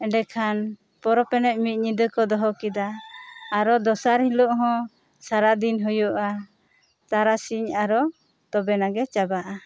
ᱮᱸᱰᱮ ᱠᱷᱟᱱ ᱯᱚᱨᱚᱵᱽ ᱮᱱᱮᱡ ᱠᱚ ᱢᱤᱫ ᱧᱤᱫᱟᱹ ᱠᱚ ᱫᱚᱦᱚ ᱠᱮᱫᱟ ᱟᱨᱚ ᱫᱚᱥᱟᱨ ᱦᱤᱞᱚᱜ ᱦᱚᱸ ᱥᱟᱨᱟ ᱫᱤᱱ ᱦᱳᱭᱳᱜᱼᱟ ᱛᱟᱨᱟᱥᱤᱧ ᱟᱨᱚ ᱛᱚᱵᱮ ᱱᱟᱜᱮ ᱪᱟᱵᱟᱜᱼᱟ